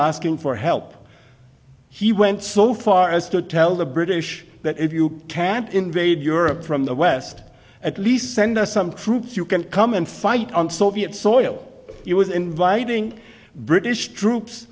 asking for help he went so far as to tell the british that if you can't invade europe from the west at least send some troops you can come and fight on soviet soil he was inviting british troops